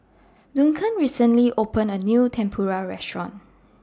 Duncan recently opened A New Tempura Restaurant